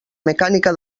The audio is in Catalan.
mecànica